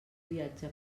viatge